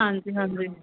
ਹਾਂਜੀ ਹਾਂਜੀ